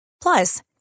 Plus